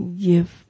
give